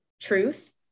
truth